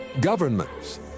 governments